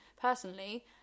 personally